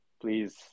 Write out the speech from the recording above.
please